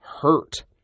hurt